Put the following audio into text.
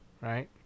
Right